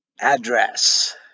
address